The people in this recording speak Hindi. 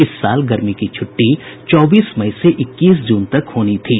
इस साल गर्मी की छुट्टी चौबीस मई से इक्कीस जून तक होनी थी